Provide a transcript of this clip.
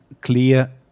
clear